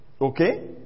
Okay